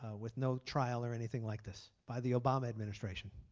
with no trial or anything like this. by the obama administration.